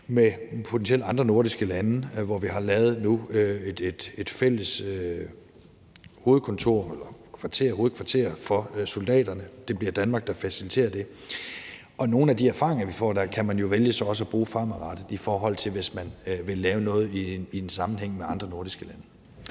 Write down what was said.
til at finde sted i Letland, hvor vi nu har lavet et fælles hovedkvarter for soldaterne. Det bliver Danmark, der faciliterer det, og nogle af de erfaringer, vi får der, kan man jo vælge så også at bruge fremadrettet, i forhold til hvis man vil lave noget i en sammenhæng med andre nordiske lande.